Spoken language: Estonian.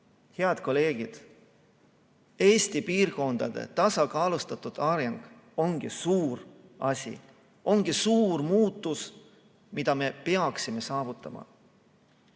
Head kolleegid! Eesti piirkondade tasakaalustatud areng ongi suur asi, see ongi suur muutus, mida me peaksime saavutama.